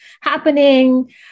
happening